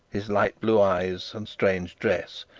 his light blue eyes and strange dress,